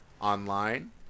online